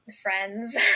friends